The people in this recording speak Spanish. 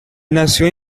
nació